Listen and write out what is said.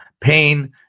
pain